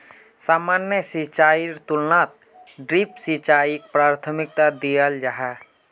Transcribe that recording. सामान्य सिंचाईर तुलनात ड्रिप सिंचाईक प्राथमिकता दियाल जाहा